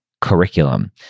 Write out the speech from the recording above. curriculum